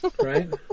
Right